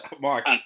Mark